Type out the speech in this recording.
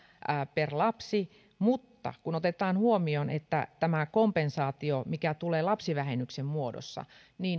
per lapsi mutta kun otetaan huomioon että tämä kompensaatio mikä tulee lapsivähennyksen muodossa